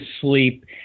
sleep